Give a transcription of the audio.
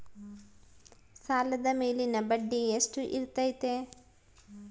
ಸಾಲದ ಮೇಲಿನ ಬಡ್ಡಿ ಎಷ್ಟು ಇರ್ತೈತೆ?